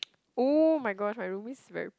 oh-my-gosh my roomie's very